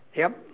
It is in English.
yup